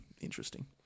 interesting